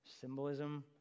Symbolism